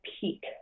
peak